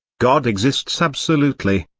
god exists absolutely.